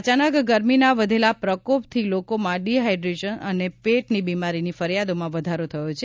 અચાનક ગરમીના વધેલા પ્રકોપથી લોકોમાં ડી હાઇડ્રેશન અને પેટની બીમારીની ફરિયાદોમાં વધારો થયો છે